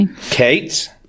Kate